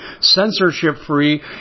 censorship-free